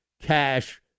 cash